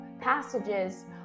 passages